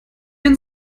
denn